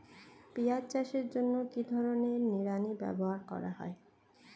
পিঁয়াজ চাষের জন্য কি ধরনের নিড়ানি ব্যবহার করা হয়?